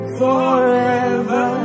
forever